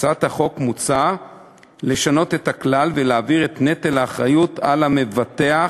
בהצעת החוק מוצע לשנות את הכלל ולהעביר את נטל האחריות על המבטח,